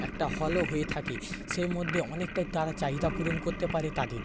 একটা হলও হয়ে থাকে তার মধ্যে অনেকটাই তারা চাহিদা পূরণ করতে পারে তাদের